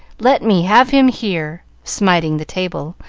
let me have him here! smiting the table,